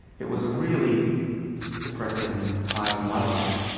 it was a really depressing time of my life.